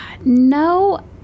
No